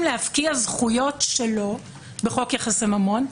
להפקיע זכויות שלו בחוק יחסי ממון,